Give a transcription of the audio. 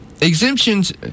Exemptions